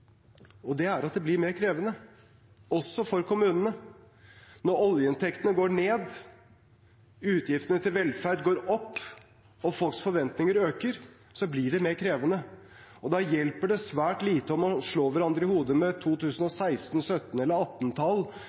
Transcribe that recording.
og det er at det blir mer krevende, også for kommunene. Når oljeinntektene går ned, utgiftene til velferd går opp og folks forventninger øker, blir det mer krevende. Da hjelper det svært lite om man slår hverandre i hodet med 2016-, 2017- eller 2018- tall,